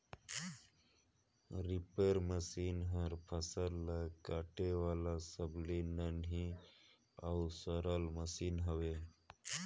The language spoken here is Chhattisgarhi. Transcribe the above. रीपर मसीन हर फसल ल काटे वाला सबले नान्ही अउ सरल मसीन हवे